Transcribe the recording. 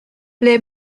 ble